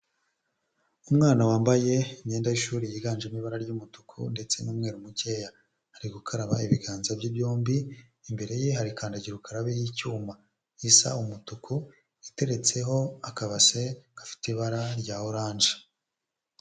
Umwana wambaye imyenda y'ishuri yiganjemo ibara ry'umutuku ndetse n'umweru mukeya, ari gukaraba ibiganza bye byombi, imbere ye hari kandagira ukarabe y'icyuma gisa umutuku iteretseho akabase gafite ibara rya orange.